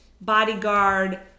bodyguard